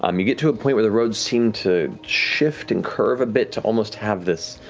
um you get to a point where the roads seems to shift and curve a bit to almost have this,